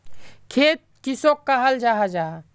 खेत किसोक कहाल जाहा जाहा?